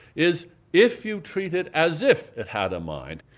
is if you treat it as if it had a mind,